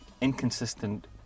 inconsistent